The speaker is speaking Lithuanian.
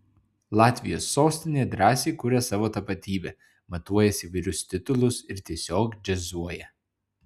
latvijos sostinė drąsiai kuria savo tapatybę matuojasi įvairius titulus ir tiesiog džiazuoja